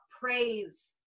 praise